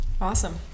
awesome